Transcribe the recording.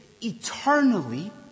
eternally